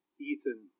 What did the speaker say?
Ethan